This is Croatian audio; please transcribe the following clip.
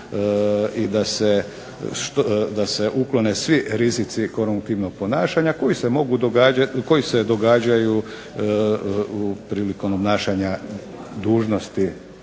i da se uklone svi rizici korumptivnog ponašanja, koji se mogu, koji se događaju prilikom obnašanja dužnosti